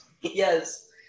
Yes